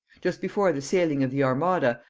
just before the sailing of the armada,